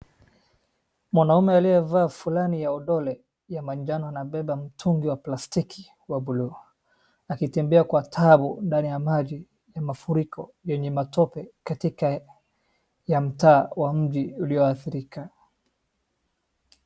Mwanaume aliyevaa fulana ya udole ya majani anabeba mtungi wa plastiki wa bluu, akitembea kwa tabu ndani ya maji ya mafuriko yenye matope katika ya mtaa wa mji ulioadhirika.